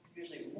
usually